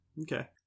Okay